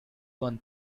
one